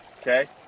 Okay